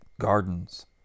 gardens